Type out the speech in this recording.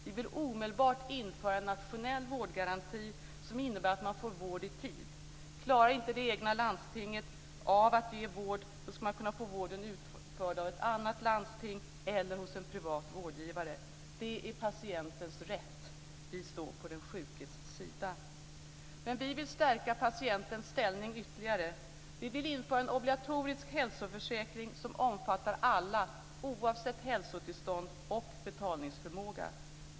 Vi vill omedelbart införa en nationell vårdgaranti som innebär att man får vård i tid. Klarar inte det egna landstinget av att ge vård, ska man kunna få vården utförd av ett annat landsting eller hos en privat vårdgivare. Det är patientens rätt. Vi står på den sjukes sida. Vi vill stärka patientens ställning ytterligare. Vi vill införa en obligatorisk hälsoförsäkring som omfattar alla oavsett hälsotillstånd och betalningsförmåga.